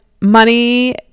money